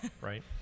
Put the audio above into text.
right